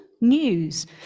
news